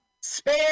Spare